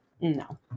No